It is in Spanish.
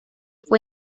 fue